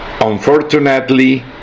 unfortunately